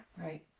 Right